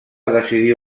decidir